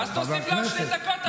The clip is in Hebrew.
אז תוסיף לה עוד שתי דקות,